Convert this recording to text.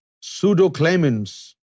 pseudo-claimants